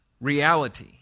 reality